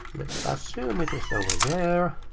let's assume it is over there.